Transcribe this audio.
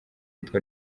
yitwa